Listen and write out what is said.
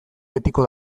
betiko